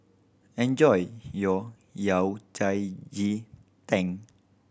enjoy your Yao Cai ji tang